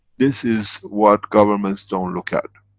this is what governments don't look at.